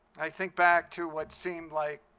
i think back to what seemed like